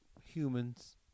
humans